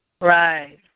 Right